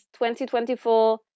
2024